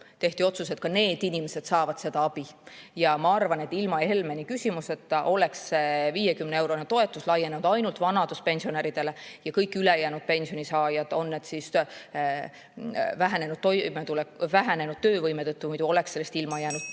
tehti otsus, et ka need inimesed saavad seda abi. Ma arvan, et ilma Helmeni küsimuseta oleks see 50-eurone toetus laienenud ainult vanaduspensionäridele ja kõik ülejäänud pensioni saajad, ka vähenenud töövõimega inimesed, oleks muidu sellest ilma jäänud.